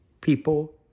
people